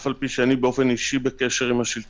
אף על פי שאני באופן אישי בקשר עם השלטונות